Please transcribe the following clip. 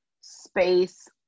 space